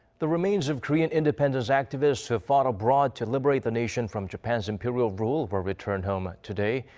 the remains of korean independence activists who fought abroad to liberate the nation from japan's imperial rule were returned home today.